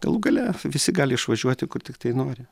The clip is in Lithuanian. galų gale visi gali išvažiuoti kur tiktai nori